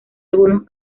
algunos